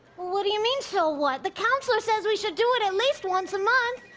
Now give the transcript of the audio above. what do you mean so what? the counselor says we should do it at least once a month!